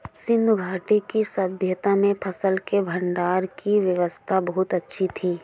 सिंधु घाटी की सभय्ता में फसल के भंडारण की व्यवस्था बहुत अच्छी थी